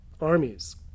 armies